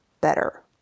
better